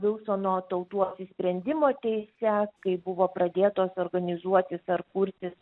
vilsono tautų apsisprendimo teise kai buvo pradėtos organizuotis ar kurtis